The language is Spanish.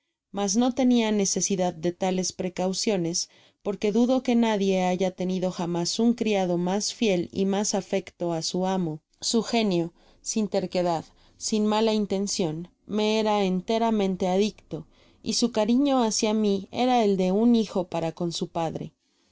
mas no tenia necesidad de tales precauciones porque dudo que nadie haya tenido jamás un criado mas fiel y mas afecto á su amo su genio sin terquedad sin mala intencion me era enteramente adicto y su cariño hácia mi era el de un hijo para con su padre